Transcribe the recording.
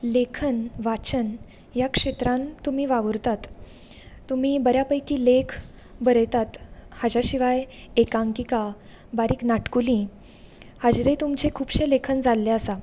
लेखन वाचन ह्या क्षेत्रान तुमी वावुरतात तुमी बऱ्या पैकी लेख बरयतात हाच्या शिवाय एकांकिका बारीक नाटकुली हाजेरूय तुमचें खुबशें लेखन जाल्लें आसा